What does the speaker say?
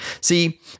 See